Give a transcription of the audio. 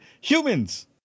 Humans